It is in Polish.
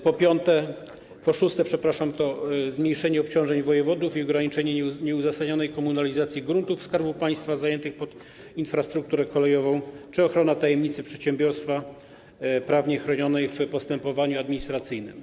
Po szóste, to zmniejszenie obciążeń wojewodów i ograniczenie nieuzasadnionej komunalizacji gruntów Skarbu Państwa zajętych pod infrastrukturę kolejową czy ochrona tajemnicy przedsiębiorstwa prawnie chronionej w postępowaniu administracyjnym.